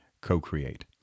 co-create